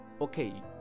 Okay